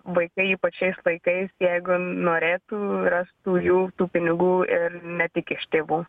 vaikai ypač šiais laikais jeigu norėtų rastų jų tų pinigų ir ne tik iš tėvų